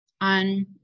on